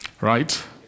right